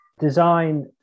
design